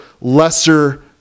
lesser